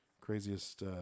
craziest